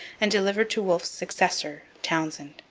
and delivered to wolfe's successor, townshend